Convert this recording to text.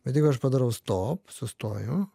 bet jeigu aš padarau stop sustoju